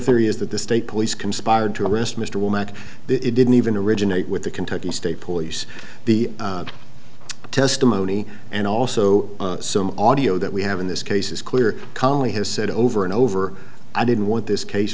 theory is that the state police conspired to arrest mr womack it didn't even originate with the kentucky state police the testimony and also some audio that we have in this case is clear cali has said over and over i didn't want this case